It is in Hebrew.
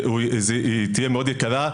והיא תהיה מאוד יקרה,